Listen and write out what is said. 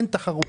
אין תחרות.